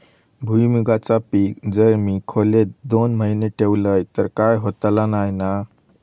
भुईमूगाचा पीक जर मी खोलेत दोन महिने ठेवलंय तर काय होतला नाय ना?